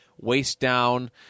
waist-down